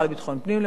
השר לביטחון פנים,